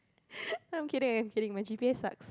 I'm kidding I'm kidding my g_p_a sucks